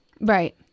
Right